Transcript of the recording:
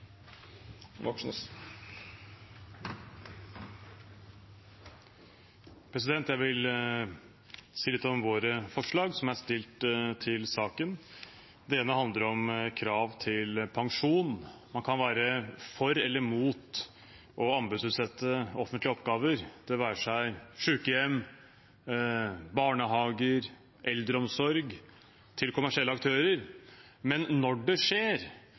Jeg vil si litt om våre forslag i saken. Det ene handler om krav til pensjon. Man kan være for eller mot å anbudsutsette offentlige oppgaver til kommersielle aktører – det være seg sykehjem, barnehager, eldreomsorg – men når det skjer,